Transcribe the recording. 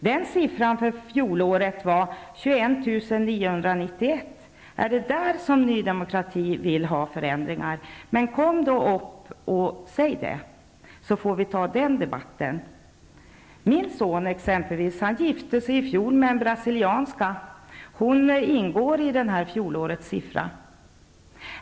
Den siffran var för fjolåret 21 991. Är det där som Ny Demokrati vill ha förändringar? Gå då upp och säg det, så får vi ta den debatten. Min son gifte sig i fjol med en brasilianska. Hon ingår i fjolårets siffra.